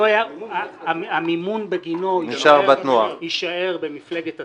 המימון בגינו יישאר במפלגת התנועה,